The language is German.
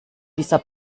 dieser